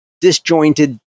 Disjointed